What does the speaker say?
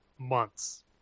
months